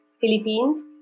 Philippines